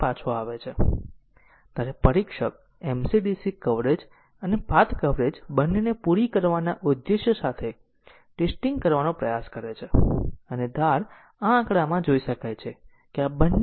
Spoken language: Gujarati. પછી આપણે કહીએ કે p એ પાથ p 1 થી pn નું લીનીયર સંયોજન છે જો આપણી પાસે પૂર્ણાંક 1 થી n હોય તો pi એ i pi નું લીનીયર સંયોજન પાથ p માં પરિણમે છે એટલે કે પાથને સમૂહ તરીકે રજૂ કરવામાં આવે છે